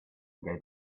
gave